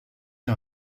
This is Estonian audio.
see